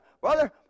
Brother